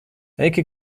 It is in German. elke